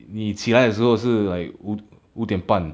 你起来的时候是 like 五五点半